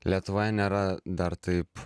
lietuvoje nėra dar taip